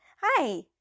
Hi